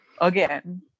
again